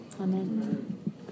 Amen